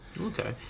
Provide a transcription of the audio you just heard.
okay